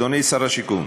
אדוני שר השיכון,